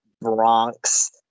bronx